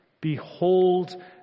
behold